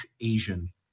asian